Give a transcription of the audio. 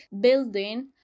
building